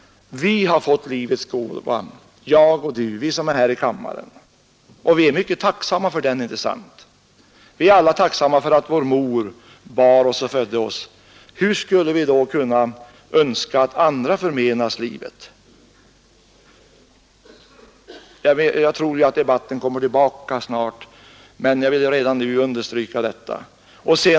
Vi har fått livets gåva jag och du, vi som är här i kammaren. Och vi är alla tacksamma för den gåvan, inte sant? Vi är alla tacksamma för att vår mor bar oss och födde oss. Hur skulle vi då kunna önska att andra förmenas livet? Jag tror att denna debatt snart kommer att tas upp igen, men jag ville redan nu understryka de förhållanden jag nu anfört.